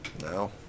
No